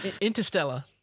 Interstellar